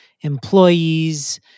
employees